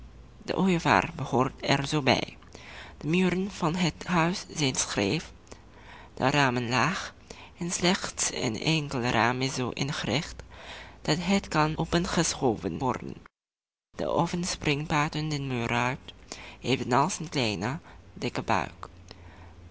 de ooievaar behoort er zoo bij de muren van het huis zijn scheef de ramen laag en slechts een enkel raam is zoo ingericht dat het kan opengeschoven worden de oven springt buiten den muur uit evenals een kleine dikke buik